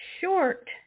short